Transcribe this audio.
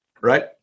right